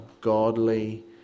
godly